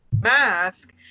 mask